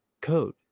code